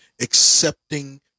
accepting